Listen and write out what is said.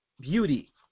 beauty